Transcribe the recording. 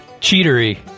cheatery